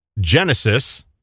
Genesis